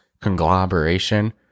conglomeration